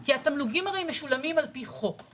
כי התמלוגים משולמים לפי חוק.